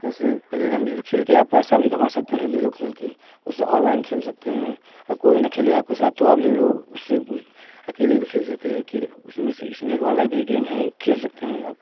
जैसे play rummy पर खेल कर आप पैसा भी कमा सकते हैं लूडो खेल के उससे ऑनलाइन खेल सकते हैं और कोई ना खेले तो आपके साथ तो आप लूडो उससे उस अकेले भी खेल सकते हैं कि उसमें से इसमें वाला भी गेम है खेल सकते हैं आप